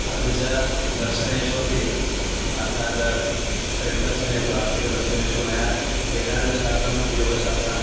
अपि च दर्शनेषु अपि अर्थात् षड्दर्शनेषु आस्तिकदर्शनेषु मया वेदान्तशास्त्रं योगशास्त्रं